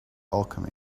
alchemy